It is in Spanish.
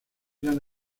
eran